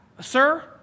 Sir